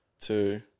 two